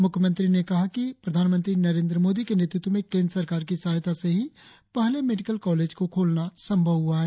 मुख्यमंत्री ने कहा कि प्रधानमंत्री नरेंद्र मोदी के नेतृत्व में केंद्र सरकार की सहायता से ही पहले मेडिकल कॉलेज को खोलना संभव हुआ है